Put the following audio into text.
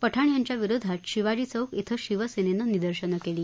पठाण यांच्याविरोधात शिवाजी चौक श्व शिवसेनेनं निदर्शनं केली